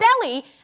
belly